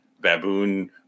baboon